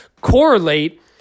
correlate